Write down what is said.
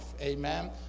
Amen